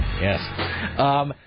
Yes